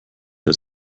der